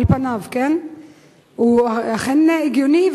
על פניו הוא אכן הגיוני.